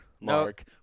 Mark